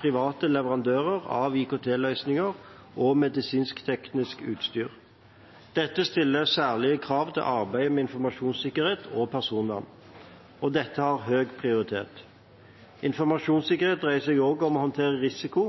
private leverandører av IKT-løsninger og medisinsk-teknisk utstyr. Dette stiller særlige krav til arbeidet med informasjonssikkerhet og personvern, og dette har høy prioritet. Informasjonssikkerhet dreier seg også om å håndtere risiko